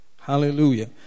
Hallelujah